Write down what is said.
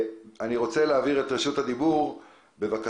אני רוצה להעביר את רשות הדיבור לפרופ'